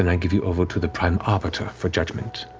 and give you over to the prime arbiter for judgment,